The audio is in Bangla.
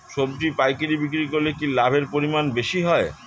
সবজি পাইকারি বিক্রি করলে কি লাভের পরিমাণ বেশি হয়?